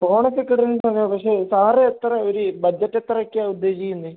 ഫോണൊക്കെ കിടിലം സാധനമാണ് പക്ഷേ സാറ് എത്ര ഒരു ബഡ്ജറ്റ് എത്രയ്ക്കാണ് ഉദ്ദേശിക്കുന്നത്